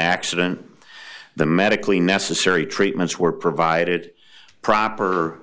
accident the medically necessary treatments were provided proper